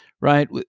right